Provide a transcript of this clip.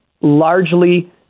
largely